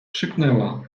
krzyknęła